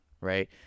right